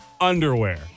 underwear